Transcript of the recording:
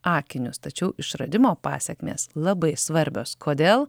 akinius tačiau išradimo pasekmės labai svarbios kodėl